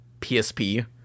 PSP